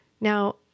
Now